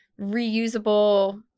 reusable